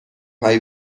هایی